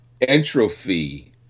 Entropy